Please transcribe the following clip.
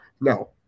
No